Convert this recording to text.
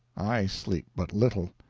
i sleep but little.